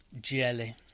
Jelly